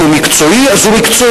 אם הוא מקצועי אז הוא מקצועי,